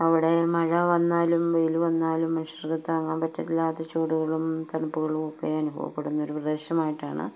അവിടെ മഴ വന്നാലും വെയില് വന്നാലും താങ്ങാൻ പറ്റാത്ത ചൂടും തണുപ്പുമൊക്കെ അനുഭവപ്പെടുന്ന ഒരു പ്രദേശമായിട്ടാണ്